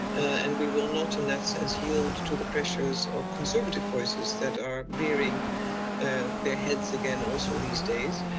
and we will not in that sense yield to the pressures of conservative voices, that are rearing their heads again also these days.